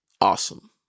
awesome